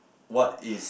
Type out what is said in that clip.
what is